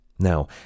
Now